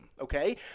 Okay